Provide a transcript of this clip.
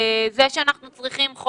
זה שאנחנו צריכים 5